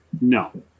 No